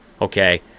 Okay